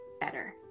better